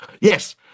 Yes